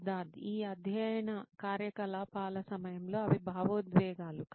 సిద్ధార్థ్ ఈ అధ్యయన కార్యకలాపాల సమయంలో అవి భావోద్వేగాలు